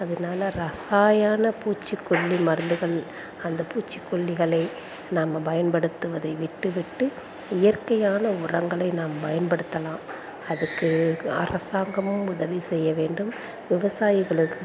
அதனால ரசாயனப் பூச்சிக்கொல்லி மருந்துகள் அந்த பூச்சிக்கொல்லிகளை நம்ம பயன்படுத்துவதை விட்டுவிட்டு இயற்கையான உரங்களை நாம் பயன்படுத்தலாம் அதுக்கு அரசாங்கமும் உதவி செய்ய வேண்டும் விவசாயிகளுக்கு